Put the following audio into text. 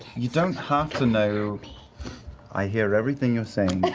you don't have to know i hear everything you're saying.